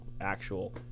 actual